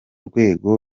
rwego